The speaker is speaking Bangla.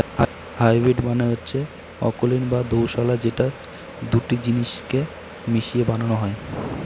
হাইব্রিড মানে হচ্ছে অকুলীন বা দোঁশলা যেটা দুটো জিনিস কে মিশিয়ে বানানো হয়